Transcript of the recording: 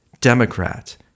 Democrat